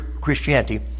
Christianity